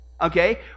okay